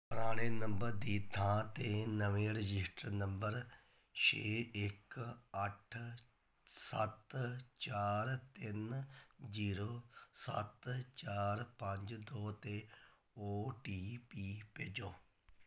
ਪੁਰਾਣੇ ਨੰਬਰ ਦੀ ਥਾਂ 'ਤੇ ਨਵੇਂ ਰਜਿਸਟਰਡ ਨੰਬਰ ਛੇ ਇੱਕ ਅੱਠ ਸੱਤ ਚਾਰ ਤਿੰਨ ਜ਼ੀਰੋ ਸੱਤ ਚਾਰ ਪੰਜ ਦੋ 'ਤੇ ਓ ਟੀ ਪੀ ਭੇਜੋ